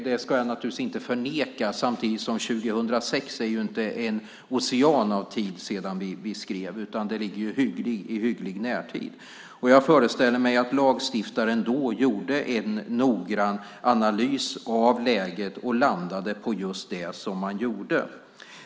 Det ska jag naturligtvis inte förneka, samtidigt som det ju inte är en ocean av tid sedan vi skrev 2006, utan det ligger ju i hygglig närtid. Jag föreställer mig att lagstiftaren då gjorde en noggrann analys av läget och landade just där man gjorde.